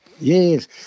yes